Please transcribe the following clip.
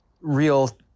real